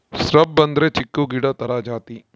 shrub ಅಂದ್ರೆ ಚಿಕ್ಕು ಗಿಡ ತರ ಜಾತಿ